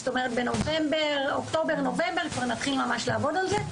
זאת אומרת שבאוקטובר-נובמבר כבר נתחיל ממש לעבוד על זה.